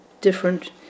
different